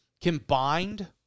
combined